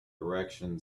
direction